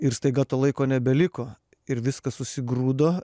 ir staiga to laiko nebeliko ir viskas susigrūdo